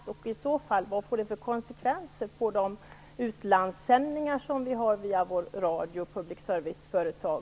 Vad får det i så fall för konsekvenser för de utlandssändningar som vi har via vår radio och public service-företag?